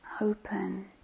open